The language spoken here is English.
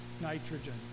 nitrogen